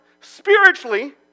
spiritually